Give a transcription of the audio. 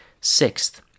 Sixth